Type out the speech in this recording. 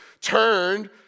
turned